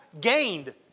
gained